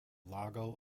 lago